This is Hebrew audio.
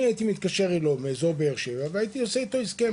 הייתי מתקשר אליו מאזור באר שבע והייתי עושה איתו הסכם.